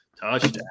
touchdown